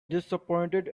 disappointed